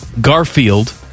Garfield